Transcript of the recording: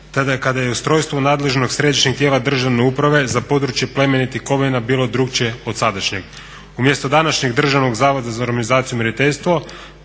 te kada je ustrojstvo nadležnog središnjeg tijela državne uprave za područje plemenitih kovina bilo drukčije od sadašnjeg. Umjesto današnjeg Državnog zavoda za normizaciju i mjeriteljstvo